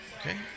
okay